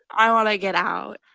i want to get out.